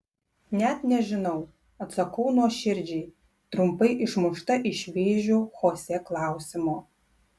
net nežinau atsakau nuoširdžiai trumpai išmušta iš vėžių chosė klausimo